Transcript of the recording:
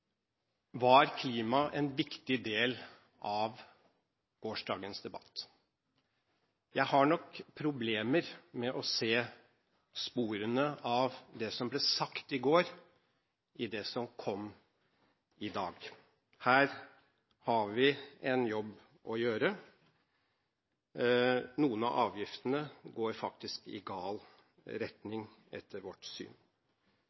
en viktig del av gårsdagens debatt. Jeg har nok problemer med å se sporene av det som ble sagt i går, i det som kom i dag. Her har vi en jobb å gjøre. Noen av avgiftene går faktisk i gal retning, etter vårt syn.